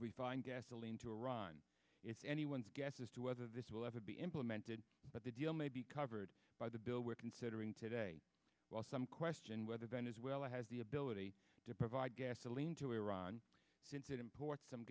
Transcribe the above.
refined gasoline to iran it's anyone's guess as to whether this will ever be implemented but the deal may be covered by the bill we're considering today well some question whether venezuela has the ability to provide gasoline to iran tinted import some